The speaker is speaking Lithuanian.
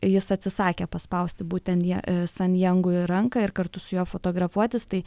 jis atsisakė paspausti būtent ja san jangui ranką ir kartu su juo fotografuotis tai